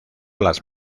las